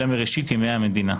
אלא מראשית ימי המדינה.